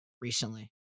recently